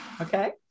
okay